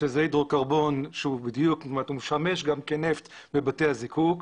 שזה הידרוקרבון שמשמש גם כנפט בבתי הזיקוק,